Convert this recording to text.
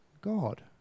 God